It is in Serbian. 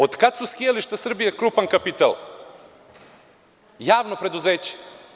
Od kada su skijališta Srbije krupan kapital, javno preduzeće?